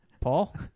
Paul